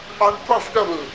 Unprofitable